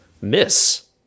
miss